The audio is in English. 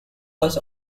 was